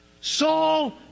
Saul